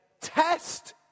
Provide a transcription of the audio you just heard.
Test